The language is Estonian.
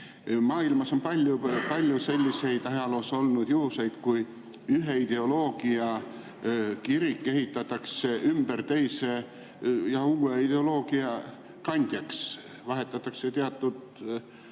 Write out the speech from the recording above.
Maailmas on palju selliseid ajaloos olnud juhuseid, kui ühe ideoloogia kirik ehitatakse ümber teise ja uue ideoloogia kandjaks. Vahetatakse teatud